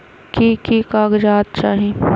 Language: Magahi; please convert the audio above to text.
की की कागज़ात चाही?